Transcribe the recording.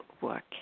work